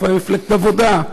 איפה הייתה מפלגת העבודה?